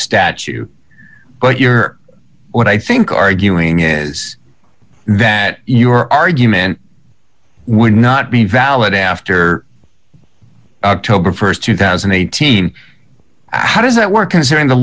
statue but you're what i think arguing is that your argument would not be valid after first two thousand and eighteen how does that work considering the